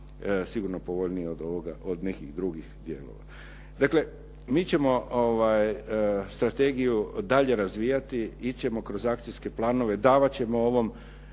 drugih …/Govornik se ne razumije./… Dakle, mi ćemo strategiju dalje razvijati, ići ćemo kroz akcijske planove, davat ćemo ovom